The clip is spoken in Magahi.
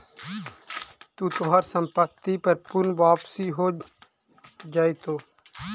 तू तोहार संपत्ति पर पूर्ण वापसी हो जाएतो